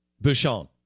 Bouchon